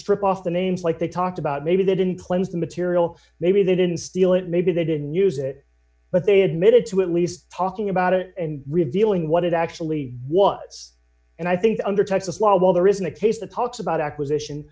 strip off the names like they talked about maybe they didn't cleanse the material maybe they didn't steal it maybe they didn't use it but they admitted to at least talking about it and revealing what it actually was and i think under texas law while there isn't a case that talks about acquisition